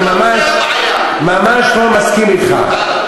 אני ממש לא מסכים אתך.